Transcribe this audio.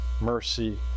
mercy